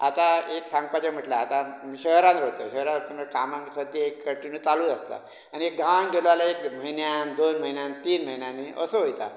आतां एक सांगपाचे म्हटल्यार आतां शहरान वयतय शहरान वयतय कामांग सद्दी एक कन्टिन्यूव चालूच आसता आनी गांवांग गेलो जाल्यार एक म्हयन्यान दोन म्हयन्यान तीन म्हयन्यांनी असो वयता